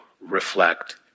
reflect